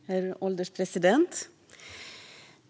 Herr ålderspresident!